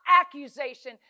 accusation